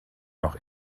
noch